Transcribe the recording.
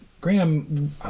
Graham